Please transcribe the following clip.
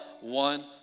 One